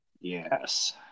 Yes